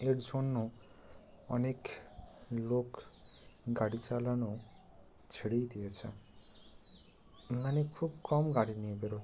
এর জন্য অনেখ লোক গাড়ি চালানো ছেড়েই দিয়েছে মানে খুব কম গাড়ি নিয়ে বেরোয়